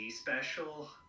special